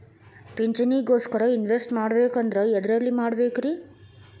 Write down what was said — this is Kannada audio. ಪಿಂಚಣಿ ಗೋಸ್ಕರ ಇನ್ವೆಸ್ಟ್ ಮಾಡಬೇಕಂದ್ರ ಎದರಲ್ಲಿ ಮಾಡ್ಬೇಕ್ರಿ?